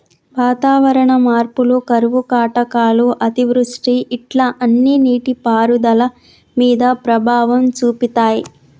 వాతావరణ మార్పులు కరువు కాటకాలు అతివృష్టి ఇట్లా అన్ని నీటి పారుదల మీద ప్రభావం చూపితాయ్